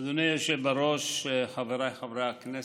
אדוני היושב-ראש, חבריי חברי הכנסת,